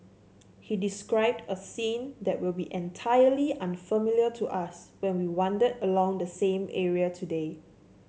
he described a scene that will be entirely unfamiliar to us when we wander along the same area today